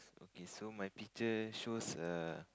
okay so my picture shows a